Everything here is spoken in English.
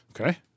Okay